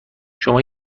شما